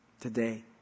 today